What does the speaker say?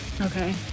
Okay